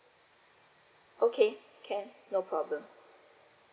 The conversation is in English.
okay can no problem